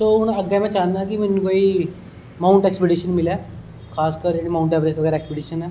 सो हून अग्गे में चाहन्ना कि हून कोई माउंट च प्रमिशन मिलै खास कर जेहडे़ मांउंटएवरस्ट बैगरा च